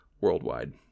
worldwide